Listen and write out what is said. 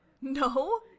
no